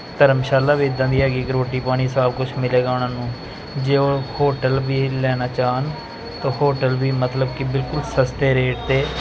ਧਰਮਸ਼ਾਲਾ ਵੀ ਇੱਦਾਂ ਦੀ ਹੈਗੀ ਕਿ ਰੋਟੀ ਪਾਣੀ ਸਭ ਕੁਛ ਮਿਲੇਗਾ ਉਹਨਾਂ ਨੂੰ ਜੇ ਉਹ ਹੋਟਲ ਵੀ ਲੈਣਾ ਚਾਹੁਣ ਤਾਂ ਹੋਟਲ ਵੀ ਮਤਲਬ ਕਿ ਬਿਲਕੁਲ ਸਸਤੇ ਰੇਟ 'ਤੇ